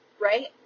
right